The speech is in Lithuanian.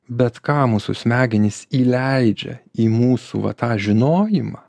bet ką mūsų smegenys įleidžia į mūsų va tą žinojimą